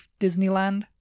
Disneyland